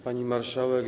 Pani Marszałek!